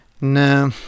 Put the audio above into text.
No